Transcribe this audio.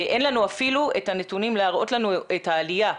אין לנו אפילו את הנתונים להראות לנו את העלייה.